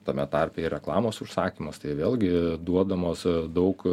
tame tarpe ir reklamos užsakymus tai vėlgi duodamos daug